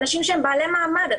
אנשים שהם בעלי מעמד.